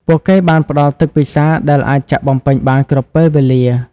ពួកគេបានផ្តល់ទឹកពិសាដែលអាចចាក់បំពេញបានគ្រប់ពេលវេលា។